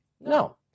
no